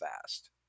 fast